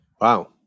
Wow